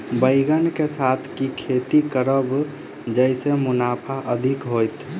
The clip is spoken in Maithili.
बैंगन कऽ साथ केँ खेती करब जयसँ मुनाफा अधिक हेतइ?